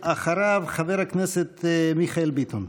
אחריו, חבר הכנסת מיכאל ביטון.